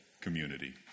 community